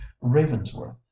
ravensworth